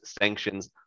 sanctions